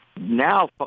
Now